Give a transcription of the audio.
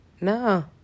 No